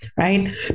right